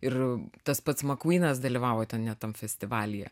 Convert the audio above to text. ir tas pats makvynas dalyvavo ten net tam festivalyje